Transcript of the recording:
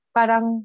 Parang